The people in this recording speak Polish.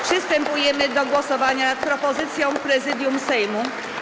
Przystępujemy do głosowania nad propozycją Prezydium Sejmu.